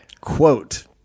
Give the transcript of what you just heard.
Quote